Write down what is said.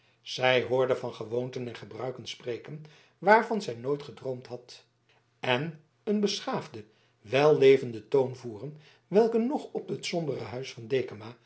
zij hoorde van gewoonten en gebruiken spreken waarvan zij nooit gedroomd had en een beschaafden wellevenden toon voeren welke noch op het sombere huis van dekama